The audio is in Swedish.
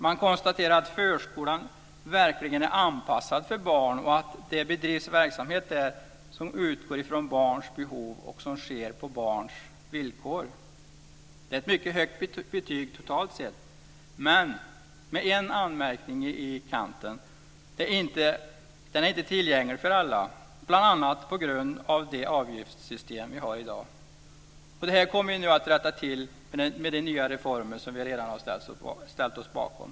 Man konstaterar att förskolan verkligen är anpassad för barn och att det bedrivs verksamhet där som utgår från barns behov och som sker på barns villkor. Det är ett mycket högt betyg totalt sett, men med en anmärkning i kanten. Den är inte tillgänglig för alla, bl.a. på grund av det avgiftssystem vi har i dag. Det kommer vi nu att rätta till med de nya reformer som vi redan har ställt oss bakom.